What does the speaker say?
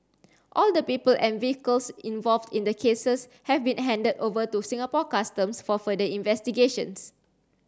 all the people and vehicles involved in the cases have been handed over to Singapore Customs for further investigations